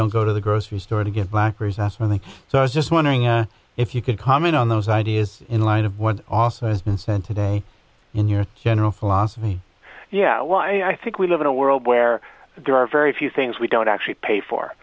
don't go to the grocery store to get backers estimates so i was just wondering if you could comment on those ideas in light of what also has been spent today in your general philosophy yeah well i i think we live in a world where there are very few things we don't actually pay for